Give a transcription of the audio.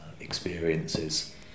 experiences